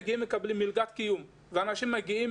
ואנשים מגיעים ומקבלים מלגת קיום ואנשים מגיעים